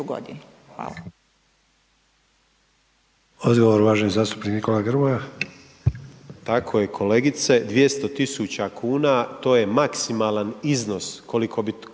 gora. Hvala.